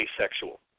asexual